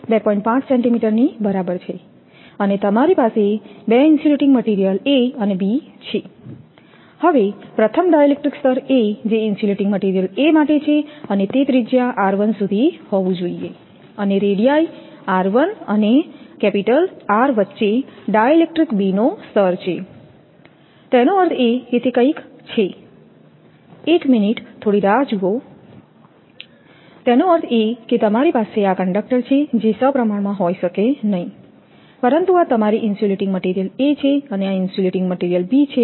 5 સેન્ટિમીટરની બરાબર છે અને તમારી પાસે બે ઇન્સ્યુલેટીંગ મટિરિયલ A અને B છે તેથી પ્રથમ ડાઇલેક્ટ્રિક સ્તર A જે ઇન્સ્યુલેટીંગ મટિરિયલ A માટે છે અને તે ત્રિજ્યા સુધી હોવું જોઈએ અને રેડીઆઈ અને R વચ્ચે ડાઇલેક્ટ્રિક B નો સ્તર છે તેનો અર્થ એ કે તે કંઈક છે થોડી રાહ જુઓ તેનો અર્થ એ કે તમારી પાસે આ કંડકટર છે જે સપ્રમાણમાં હોઈ શકે નહીં પરંતુ આ તમારી ઇન્સ્યુલેટીંગ મટિરિયલ A છે અને આ ઇન્સ્યુલેટીંગ મટિરિયલ B છે